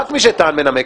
רק מי שטען מנמק.